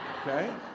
Okay